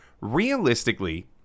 realistically